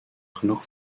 genoeg